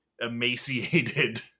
emaciated